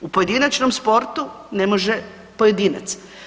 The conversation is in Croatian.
U pojedinačnom sportu, ne može pojedinac.